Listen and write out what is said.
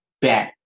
bet